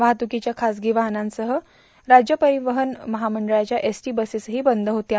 वाहतुकीच्या खाजगी वाहनांसह राज्य परिवहन महामंडळाच्या एसटी बसेसही बंद होत्या